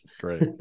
Great